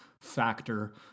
factor